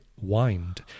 wind